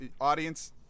Audience